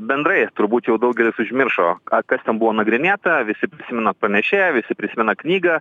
bendrai turbūt jau daugelis užmiršo a kas ten buvo nagrinėta visi prisimena pranešėją visi prisimena knygą